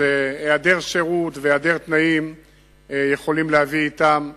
שהעדר שירות ותנאים יכולים להביא אתם.